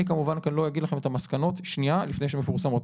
אני כמובן לא אגיד לכם את המסקנות שנייה לפני שהן מפורסמות.